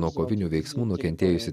nuo kovinių veiksmų nukentėjusi